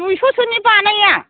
दुइस' सोनि बानाया